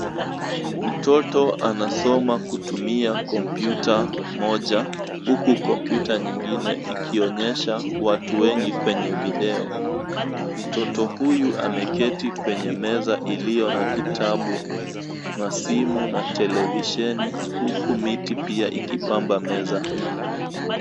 Mtoto anasoma kutumia kompyuta moja huku kompyuta nyingine ikionyesha watu wengi kwenye video. Mtoto huyu ameketi kwenye meza iliyo na kitabu na simu na televisheni huku miti pia ikipamba meza hii.